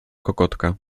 kokotka